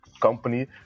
company